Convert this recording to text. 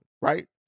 right